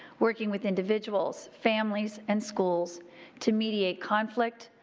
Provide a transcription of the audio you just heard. working with individuals, families, and schools to mediate conflict,